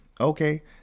okay